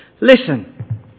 Listen